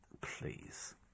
please